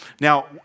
Now